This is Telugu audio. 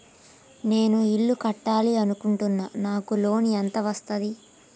నేను ఇల్లు కట్టాలి అనుకుంటున్నా? నాకు లోన్ ఎంత వస్తది?